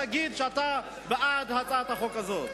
תגיד שאתה בעד הצעת החוק הזאת.